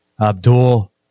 Abdul